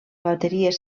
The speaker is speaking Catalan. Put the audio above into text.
bateries